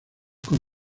con